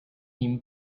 team